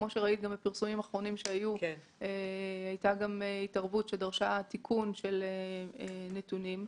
בפרסומים האחרונים שהיו הייתה התערבות שדרשה תיקון של נתונים.